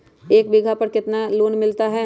एक बीघा पर कितना लोन मिलता है?